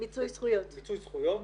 מיצוי זכויות,